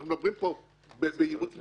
אנחנו מדברים פה בייעוץ משפטי,